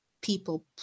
people